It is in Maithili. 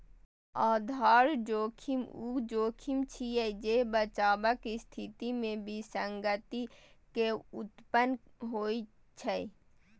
आधार जोखिम ऊ जोखिम छियै, जे बचावक स्थिति मे विसंगति के उत्पन्न होइ छै